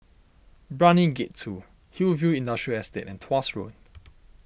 Brani Gate two Hillview Industrial Estate and Tuas Road